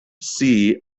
see